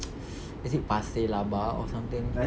is it pasir laba or something